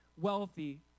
wealthy